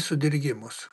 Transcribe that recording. į sudirgimus